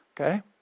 Okay